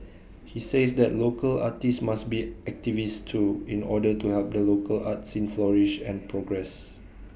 he says that local artists must be activists too in order to help the local art scene flourish and progress